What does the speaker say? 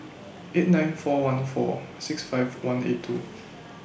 eight nine four one four six five one eight two